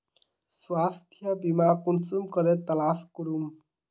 स्वास्थ्य बीमा कुंसम करे तलाश करूम?